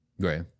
Great